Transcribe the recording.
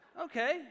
Okay